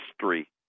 history